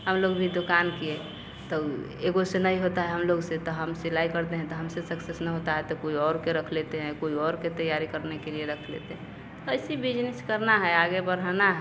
हम लोग भी दुकान किए तो एक से नहीं होता है हम लोग से तो हम सिलाई करते हैं तो हमसे सक्सेस नहीं होता है तो कोई और को रख लेते हैं कोई और को तैयारी करने के लिए रख लेते हैं ऐसे बिजनिस करना है आगे बढ़ाना है